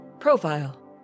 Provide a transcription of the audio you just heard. Profile